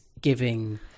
giving